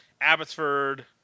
Abbotsford